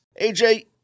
AJ